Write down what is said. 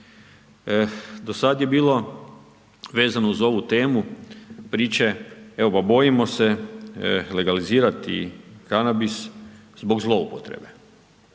Do sada je bilo, vezano uz ovu temu, priče, evo bojimo se legalizirati kanabis, zbog zloupotrebe.